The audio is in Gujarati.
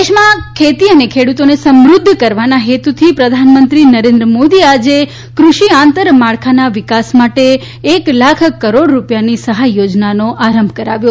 કૃષિ દેશમાં ખેતી અને ખેડુતોને સમૃધ્ધ કરવાના હેતુથી પ્રધાનમંત્રી નરેન્દ્ર મોદીએ આજે કૃષિ આંતરમાળખાના વિકાસ માટે એક લાખ કરોડ રૂપિયાની સહાય યોજનાનો આરંભ કરાવ્યો